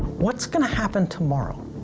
what's gonna happen tomorrow